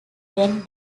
when